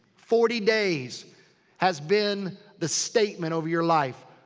forty days has been the statement over your life.